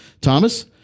Thomas